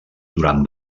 durant